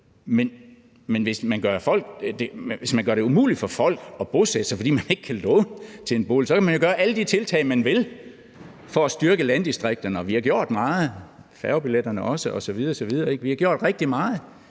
Men hvis man gør det umuligt for folk at bosætte sig, fordi de ikke kan låne til en bolig, så kan vi jo gøre alle de tiltag, vi vil, for at styrke landdistrikterne – og vi har gjort rigtig meget